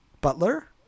Butler